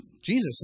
Jesus